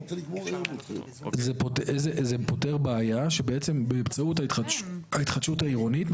זה פותר בעיה שבעצם באמצעות ההתחדשות העירונית,